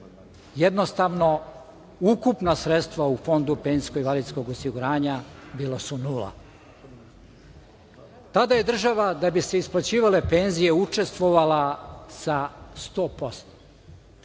Jednostavno ukupna sredstva u Fondu penzijskog invalidskog osiguranja bila su nula. Tada je država da bi se isplaćivale penzije učestvovala sa 100%.Ako